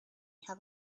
have